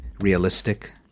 Realistic